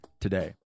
today